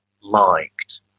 liked